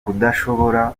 kudashobora